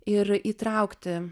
ir įtraukti